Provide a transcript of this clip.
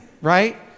right